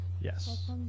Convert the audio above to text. yes